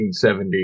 1970